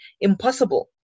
impossible